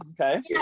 okay